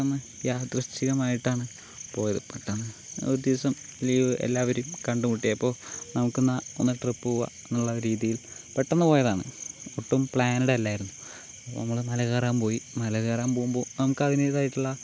പെട്ടന്ന് യാദൃശ്ചികമായിട്ടാണ് പോയത് പെട്ടന്ന് ഒരു ദിവസം ലീവ് എല്ലാവരും കണ്ടുമുട്ടിയപ്പോൾ നമുക്കെന്നാൽ ഒന്ന് ട്രിപ്പ് പോകാമെന്നുള്ള രീതിയിൽ പെട്ടന്ന് പോയതാണ് ഒട്ടും പ്ലാന്ഡ് അല്ലായിരുന്നു അപ്പോൾ നമ്മൾ മല കയറാൻ പോയി മല കയറാൻ പോകുമ്പോൾ നമുക്കതിൻ്റെതായിട്ടുള്ള